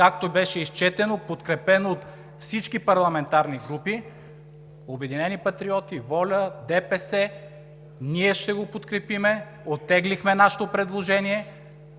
както беше изчетено, подкрепено от всички парламентарни групи – „Обединени патриоти“, ВОЛЯ, ДПС, ние ще го подкрепим. Оттеглихме нашето предложение.